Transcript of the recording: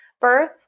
birth